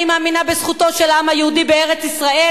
אני מאמינה בזכותו של העם היהודי בארץ-ישראל,